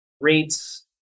rates